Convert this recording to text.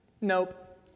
Nope